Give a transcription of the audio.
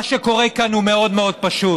מה שקורה כאן הוא מאוד מאוד פשוט: